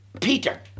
Peter